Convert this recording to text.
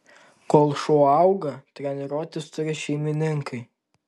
kol šuo auga treniruotis turi šeimininkai